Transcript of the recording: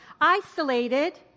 isolated